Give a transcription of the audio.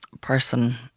person